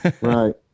Right